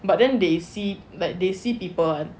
but then they see like they see people [one]